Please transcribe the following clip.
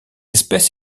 espèce